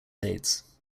dates